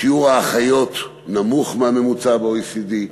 שיעור האחיות נמוך מהממוצע ב-OECD.